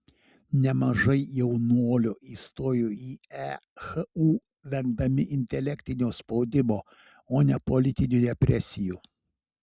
nemažai jaunuolių įstojo į ehu vengdami intelektinio spaudimo o ne politinių represijų